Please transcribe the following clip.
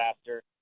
faster